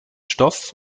stoff